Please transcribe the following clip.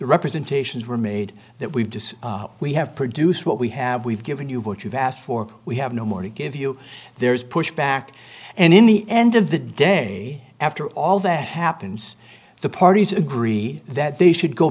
representations were made that we've just we have produced what we have we've given you what you've asked for we have no more to give you there is push back and in the end of the day after all that happens the parties agree that they should go